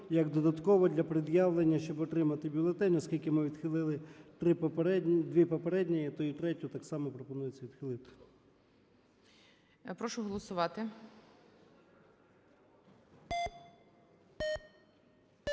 як додатково для пред'явлення, щоб отримати бюлетень, оскільки ми відхилили дві попередні і третю так само пропонується відхилити.